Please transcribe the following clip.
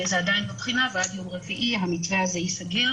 זה עדיין בבחינה ועד יום רביעי המתווה הזה ייסגר